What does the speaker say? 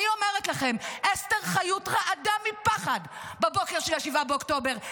אני אומרת לכם: אסתר חיות רעדה מפחד בבוקר של 7 באוקטובר.